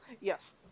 Yes